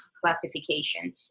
classification